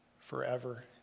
forever